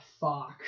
Fuck